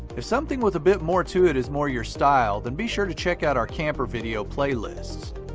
if something with a bit more to it is more your style, the and be sure to check out our camper video playlist.